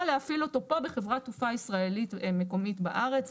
אבל להפעיל אותו פה בחברת תעופה ישראלית מקומית בארץ.